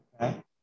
Okay